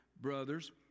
brothers